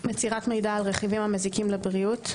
מסירת מידע על רכיבים המזיקים לבריאות.